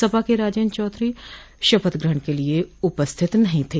सपा के राजेन्द्र चौधरी शपथ ग्रहण के लिये उपस्थित नहीं थे